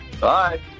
Bye